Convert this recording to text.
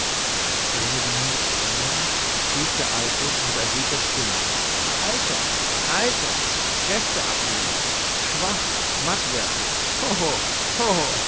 ohne die miene zu ändern rief der alte mit erhöhter stimme alter alter kräfte abnehmen schwach matt werden